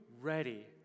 ready